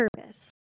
purpose